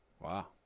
Wow